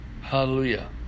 Hallelujah